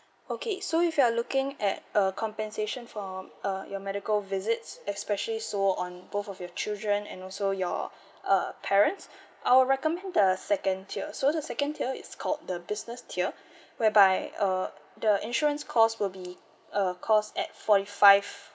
okay so if you're looking at uh compensation for uh your medical visits especially so on both of your children and also your uh parents I'll recommend the second tier so the second tier it's called the business tier whereby uh the insurance cost will be uh cost at forty five